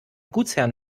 gutsherren